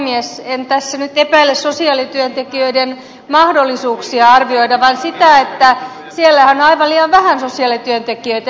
en tässä nyt epäile sosiaalityöntekijöiden mahdollisuuksia arvioida vaan sitä että siellähän on aivan liian vähän sosiaalityöntekijöitä